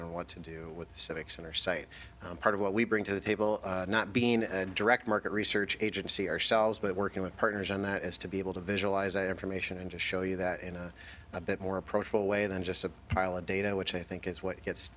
on what to do with civic center site part of what we bring to the table not being direct market research agency ourselves but working with partners and that is to be able to visualize affirmation and to show you that in a bit more approachable way than just a pile of data which i think is what gets